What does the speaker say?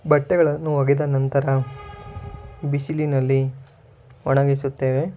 ಬಟ್ಟೆಗಳನ್ನು ಒಗೆದ ನಂತರ ಬಿಸಿಲಿನಲ್ಲಿ ಒಣಗಿಸುತ್ತೇವೆ